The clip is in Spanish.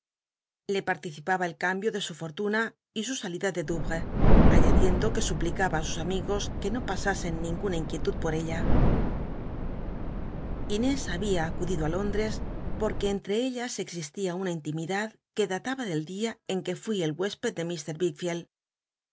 le participaba el cambio de su fortun t y su salida de douvrcs añadiendo que suplicaba ü sus amigos que no pasasen ninguna inquietud por ella inés babia acudido i lóndres porque entre ellas existia una inlimidad que databa del dia en que fui el huésped de